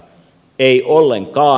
ei ollenkaan